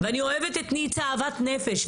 ואני אוהבת את ניצה אהבת נפש.